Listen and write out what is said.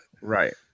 Right